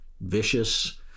vicious